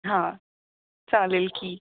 हां चालेल की